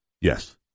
Yes